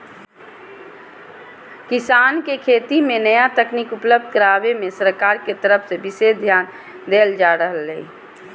किसान के खेती मे नया तकनीक उपलब्ध करावे मे सरकार के तरफ से विशेष ध्यान देल जा रहल हई